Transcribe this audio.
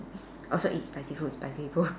also eat spicy food spicy food